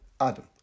Adam